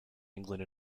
england